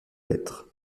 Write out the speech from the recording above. lettre